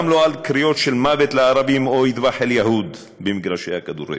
גם לא על קריאות "מוות לערבים" או "אטבח אל-יהוד" במגרשי הכדורגל.